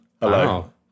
Hello